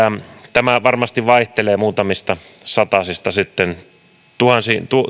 tämä varmasti vaihtelee muutamista satasista